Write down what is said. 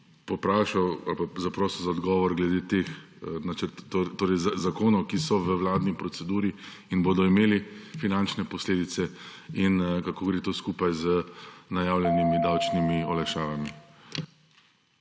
pa zaprosil za odgovor glede teh zakonov, ki so v vladni proceduri in bodo imeli finančne posledice: Kako gre to skupaj z najavljenimi davčnimi olajšavami?